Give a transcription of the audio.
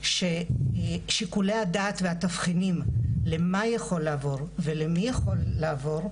שמשיקולי הדעת והתבחינים למה יכול לעבור ולמי יכול לעבור,